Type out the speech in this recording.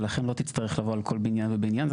לכן, לא תצטרך לבוא על כל בניין ובניין.